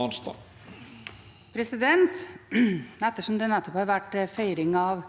Ettersom det nett- opp har vært en feiring av